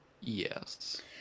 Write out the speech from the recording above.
Yes